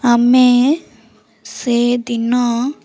ଆମେ ସେ ଦିନ